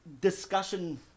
discussion